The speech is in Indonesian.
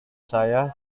saya